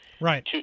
Right